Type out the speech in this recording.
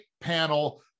panel